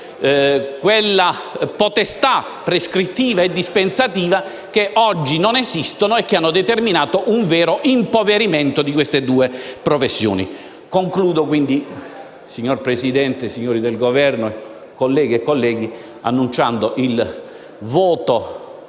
quella potestà prescrittiva e dispensativa che oggi non esiste, cosa che ha determinato un vero impoverimento di queste due professioni. Signora Presidente, signori del Governo, colleghe e colleghi, annuncio il voto